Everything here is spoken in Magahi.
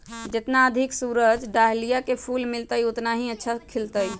जितना अधिक सूरज डाहलिया के फूल मिलतय, उतना ही अच्छा खिलतय